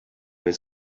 his